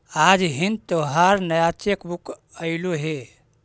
आज हिन् तोहार नया चेक बुक अयीलो हे